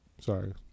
Sorry